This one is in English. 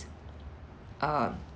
err